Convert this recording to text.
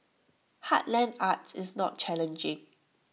heartland arts is not challenging